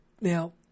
now